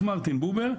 וממשיך מרטין בובר,